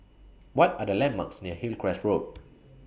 What Are The landmarks near Hillcrest Road